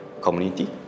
community